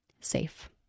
safe